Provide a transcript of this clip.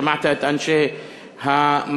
שמעת את אנשי המקום.